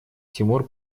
тимур